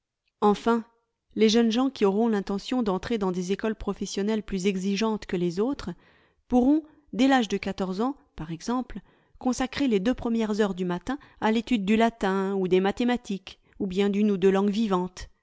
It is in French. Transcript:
enfin les jeunes gens qui auront l'intention d'entrer dans des écoles professionnelles plus exigeantes que les autres pourront dès l'âge de quatorze ans par exemple consacrer les deux premières heures du matin à l'étude du latin ou des mathématiques ou bien d'une ou deux langues vivantes